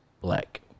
black